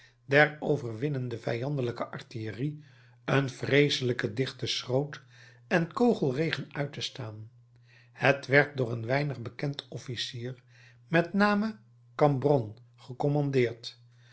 der overwinnende vijandelijke artillerie een vreeselijken dichten schroot en kogelregen uit te staan het werd door een weinig bekend officier met name cambronne